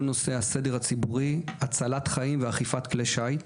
כל נושא הסדר הציבורי, הצלת חיים ואכיפת כלי שיט.